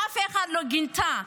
אף אחת לא גינתה.